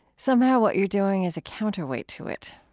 somehow what you're doing is a counterweight to it.